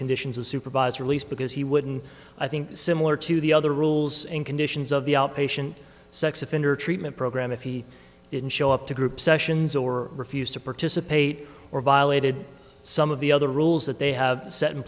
conditions of supervise release because he wouldn't i think similar to the other rules and conditions of the outpatient sex offender treatment program if he didn't show up to group sessions or refused to participate or violated some of the other rules that they have set in